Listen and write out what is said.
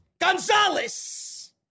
Gonzalez